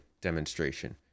demonstration